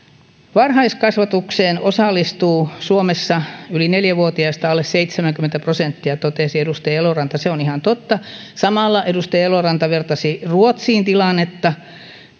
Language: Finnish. varhaiskasvatukseen osallistuu suomessa yli neljä vuotiaista alle seitsemänkymmentä prosenttia totesi edustaja eloranta se on ihan totta samalla edustaja eloranta vertasi ruotsiin tilannetta